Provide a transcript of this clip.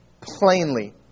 plainly